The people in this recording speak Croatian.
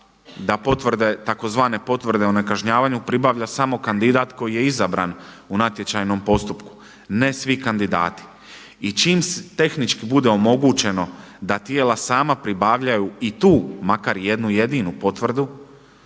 da potvrde, tzv. potvrde o nekažnjavanju pribavlja samo kandidat koji je izabran u natječajnom postupku ne svi kandidati. I čim tehnički bude omogućeno da tijela sama pribavljaju i tu makar jednu jedinu potvrdu,